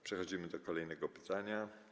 Przechodzimy do kolejnego pytania.